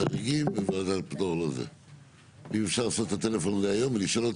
אם אפשר לעשות את הטלפון הזה היום ולשאול אותו